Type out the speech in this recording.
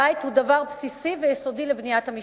בית הוא דבר בסיסי ויסודי לבניית המשפחה.